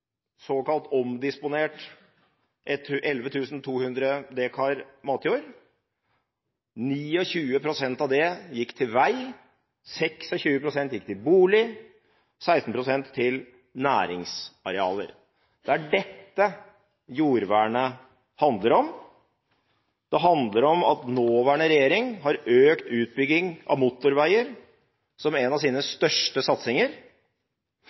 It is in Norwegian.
såkalt omdisponert 11 200 dekar matjord. 29 pst. gikk til vei, 26 pst. gikk til bolig og 16 pst. til næringsarealer. Det er dette jordvernet handler om. Det handler om at nåværende regjering har økt utbygging av motorveier som en av sine største satsinger,